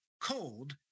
cold